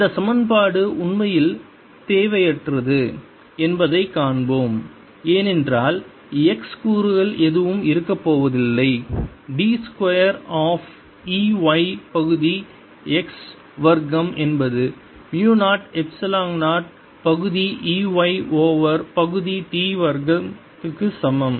இந்த சமன்பாடு உண்மையில் தேவையற்றது என்பதைக் காண்போம் ஏனென்றால் x கூறுகள் எதுவும் இருக்கப்போவதில்லை d 2 of E y பகுதி x வர்க்கம் என்பது மு 0 எப்சிலான் 0 பகுதி E y ஓவர் பகுதி t வர்க்கம் க்கு சமம்